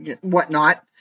whatnot